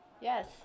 yes